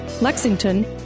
Lexington